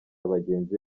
bagenzi